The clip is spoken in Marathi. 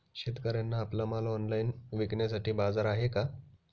शेतकऱ्यांना आपला माल ऑनलाइन विकण्यासाठी बाजार आहे का?